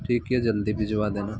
ठीक है जल्दी भिजवा देना